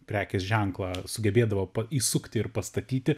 prekės ženklą sugebėdavo įsukti ir pastatyti